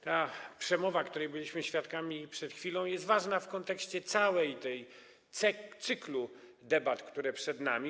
Ta przemowa, której byliśmy świadkami przed chwilą, jest ważna w kontekście całego cyklu debat, które przed nami.